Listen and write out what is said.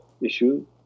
issue